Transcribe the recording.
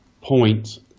point